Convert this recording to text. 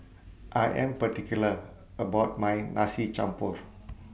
I Am particular about My Nasi Campur